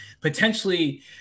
potentially